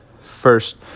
first